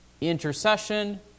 intercession